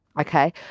okay